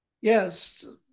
Yes